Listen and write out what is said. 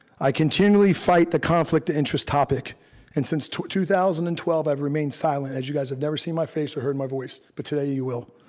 i continually fight the conflict interest topic and since two two thousand and twelve, i've remained silent as you guys have never seen my face or heard my voice, but today you will.